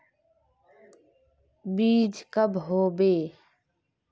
बीज कब होबे?